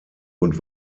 und